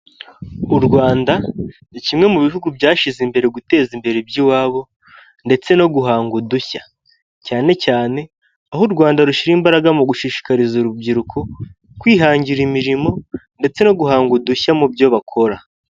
U Rwanda ni kimwe mu bihugu byashyize imbere guteza imbere iby'iwabo ndetse no guhanga udushya, cyane cyane aho u Rwanda rushyira imbaraga mu gushishikariza urubyiruko kwihangira imirimo ndetse no guhanga udushya mu byo bakora.